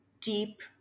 deep